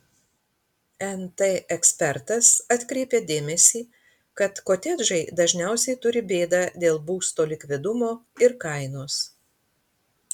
nt ekspertas atkreipė dėmesį kad kotedžai dažniausiai turi bėdą dėl būsto likvidumo ir kainos